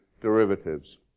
derivatives